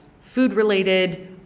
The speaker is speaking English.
food-related